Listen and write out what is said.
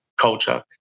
culture